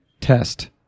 test